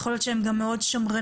יכול להיות שהם גם מאוד שמרנים,